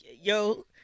yo